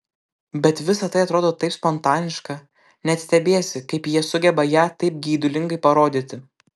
bet visa tai atrodo taip spontaniška net stebiesi kaip jie sugeba ją taip geidulingai parodyti